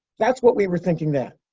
that's what we were thinking then,